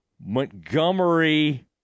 Montgomery